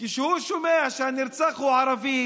כשהוא שומע שהנרצח הוא ערבי